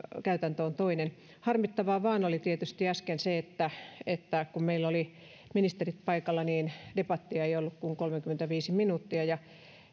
käytäntö on toinen harmittavaa vain oli tietysti äsken se että että kun meillä oli ministerit paikalla niin debattia ei ollut kuin kolmekymmentäviisi minuuttia ja